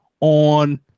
on